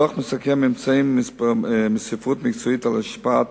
הדוח מסכם ממצאים מהספרות המקצועית על השפעת